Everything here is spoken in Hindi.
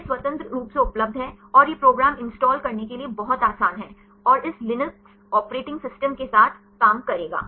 यह स्वतंत्र रूप से उपलब्ध है और यह प्रोग्राम इंस्टॉल करने के लिए बहुत आसान है और इस लिनक्स ऑपरेटिंग सिस्टम के साथ काम करेगा